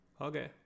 Okay